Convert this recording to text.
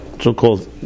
so-called